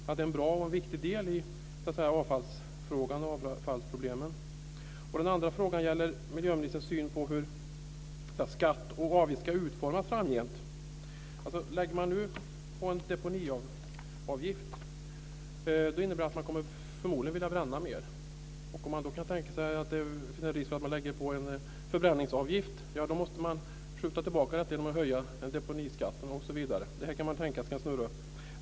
Är det en bra och viktig del i avfallsproblemet? Den andra frågan gäller miljöministerns syn på hur skatter och avgifter ska utformas framgent. Om man nu lägger på en deponiavgift, innebär det att man förmodligen vill bränna mer. Om det då finns en risk för en förbränningsavgift måste man skjuta tillbaka genom att höja deponiskatten osv. Det här kan tänkas snurra vidare.